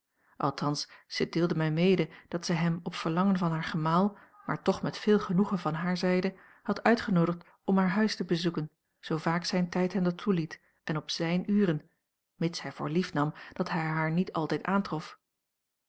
althans zij deelde mij mede dat zij hem op verlangen van haar gemaal maar toch met veel genoegen van hare zijde had uitgenoodigd om haar huis te bezoeken zoo vaak zijn tijd hem dat toeliet en op zijne uren mits hij voor lief nam dat hij haar niet altijd aantrof